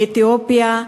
מאתיופיה,